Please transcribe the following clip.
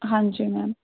ਹਾਂਜੀ ਮੈਮ